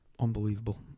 unbelievable